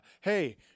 Hey